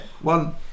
one